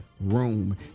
room